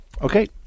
Okay